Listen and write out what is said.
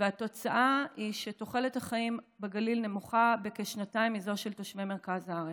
התוצאה היא שתוחלת החיים בגליל נמוכה בכשנתיים מזו של תושבי מרכז הארץ.